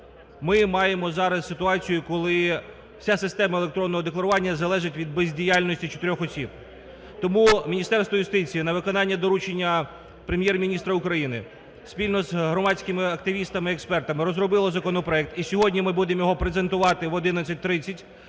ми маємо зараз ситуацію, коли вся система електронного декларування залежить від бездіяльності чотирьох осіб. Тому Міністерство юстиції на виконання доручення Прем’єр-міністра України спільно з громадськими активістами-експертами розробило законопроект. І сьогодні ми будемо його презентувати в 11:30